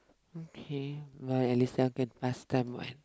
okay but at least now can pass time what